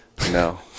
No